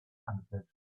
answered